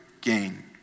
gain